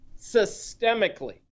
systemically